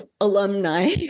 Alumni